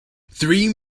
three